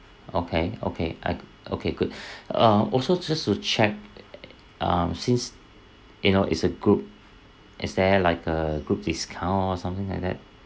okay okay I okay good uh also just to check um since you know it's a group is there like a group discount or something like that